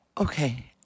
Okay